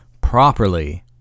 properly